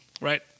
right